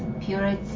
purity